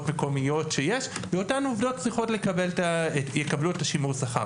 מקומיות שיש ואותן עובדות יקבלו שימור שכר.